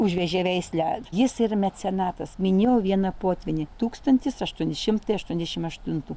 užvežė veislę jis yra mecenatas minėjau vieną potvynį tūkstantis aštuoni šimtai aštuoniasdešim aštuntų